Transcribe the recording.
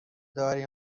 دارویی